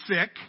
sick